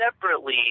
separately